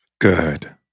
Good